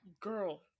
Girl